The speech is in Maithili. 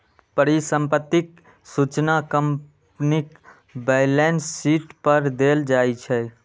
परिसंपत्तिक सूचना कंपनीक बैलेंस शीट पर देल जाइ छै